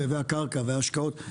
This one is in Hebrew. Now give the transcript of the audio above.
הקרקע וההשקעות,